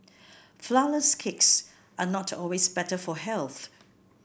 flourless cakes are not always better for health